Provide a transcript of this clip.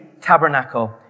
tabernacle